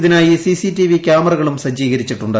ഇതിനായി സിസിടിവി ക്യാമറകളും സജ്ജീകരിച്ചിട്ടുണ്ട്